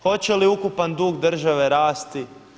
Hoće li ukupan dug države rasti?